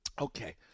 Okay